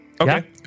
Okay